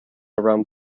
around